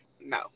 No